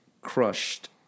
crushed